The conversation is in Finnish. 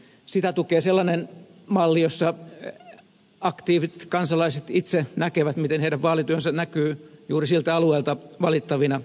sitä tukee sellainen malli jossa aktiivit kansalaiset itse näkevät miten heidän vaalityönsä näkyy juuri siltä alueelta valittavina edustajina